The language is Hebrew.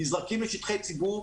נזרקים לשטחי ציבור,